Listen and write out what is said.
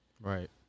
Right